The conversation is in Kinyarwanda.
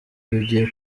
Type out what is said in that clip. rugiye